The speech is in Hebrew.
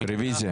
מי נמנע?